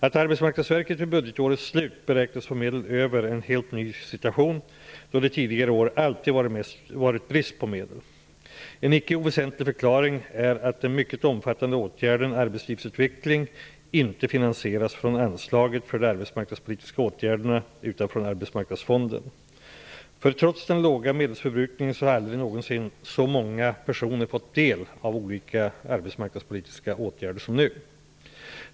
Att Arbetsmarknadsverket vid budgetårets slut beräknas få medel över är en helt ny situation då det tidigare år alltid har varit brist på medel. En inte oväsentlig förklaring är att den mycket omfattande åtgärden arbetslivsutveckling inte finansieras från anslaget för de arbetsmarknadspolitiska åtgärderna utan från Arbetsmarknadsfonden. Trots den låga medelsförbrukningen så har aldrig någonsin så många personer fått del av olika arbetsmarknadspolitiska åtgärder som nu.